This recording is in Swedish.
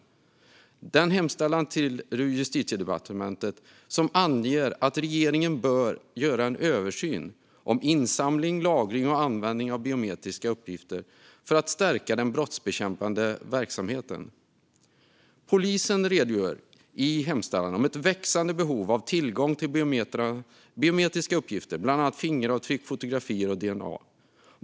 I denna hemställan till Justitiedepartementet anges att regeringen bör göra en översyn om insamling, lagring och användning av biometriska uppgifter för att stärka den brottsbekämpande verksamheten. Polisen redogör i hemställan för ett växande behov av tillgång till biometriska uppgifter, bland annat fingeravtryck, fotografier och dna.